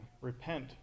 repent